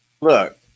Look